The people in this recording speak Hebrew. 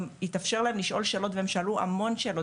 התאפשר להם גם לשאול שאלות והם גם שאלו המון שאלות